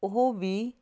ਉਹ ਵੀ